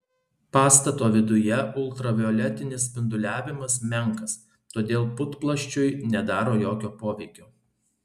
pastato viduje ultravioletinis spinduliavimas menkas todėl putplasčiui nedaro jokio poveikio